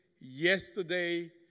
yesterday